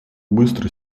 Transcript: быстро